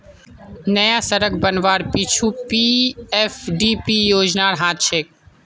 नया सड़क बनवार पीछू पीएफडीपी योजनार हाथ छेक